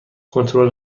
کنترل